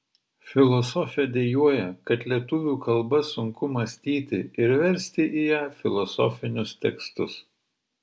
filosofė dejuoja kad lietuvių kalba sunku mąstyti ir versti į ją filosofinius tekstus